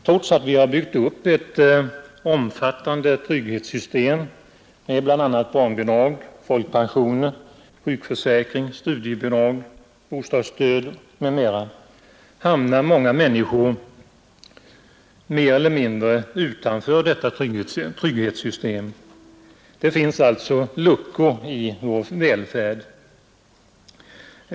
Trots att vi har byggt upp ett omfattande trygghetssystem med bl.a. barnbidrag, folkpensioner, sjukförsäkring, studiebidrag, bostadsstöd m, m. hamnar många människor mer eller mindre utanför detta trygghetssystem. Det finns alltså luckor i vår välfärd.